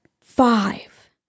Five